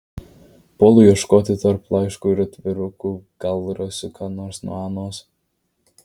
puolu ieškoti tarp laiškų ir atvirukų gal rasiu ką nors nuo anos